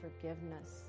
forgiveness